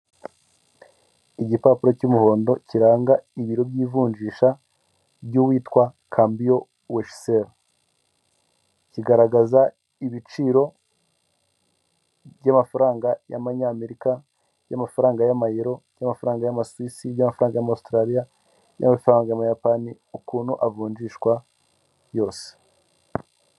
Igipapuro cy'umuhondo kiranga ibiro by'ivunjisha by'uwitwa cambiyo weseli kigaragaza ibiciro by'amafaranga y'abanyamerika, y'amafaranga y'amayero, y'amafaranga y'amasisi, by'amafaranga ya astralia, y'amafaranga mubuyapani ukuntu avunjishwa yose.